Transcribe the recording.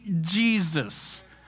Jesus